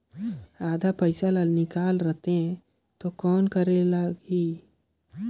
आधा पइसा ला निकाल रतें तो कौन करेके लगही?